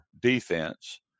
defense